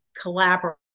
collaborate